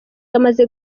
amaze